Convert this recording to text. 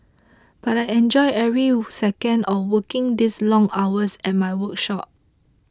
but I enjoy every second of working these long hours at my workshop